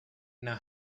now